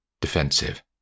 Defensive